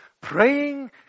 Praying